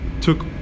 took